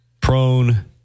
prone